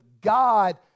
God